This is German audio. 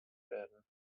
werden